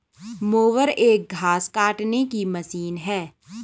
mower एक घास काटने की मशीन है